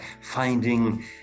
finding